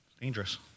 Dangerous